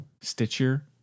Stitcher